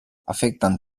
afecten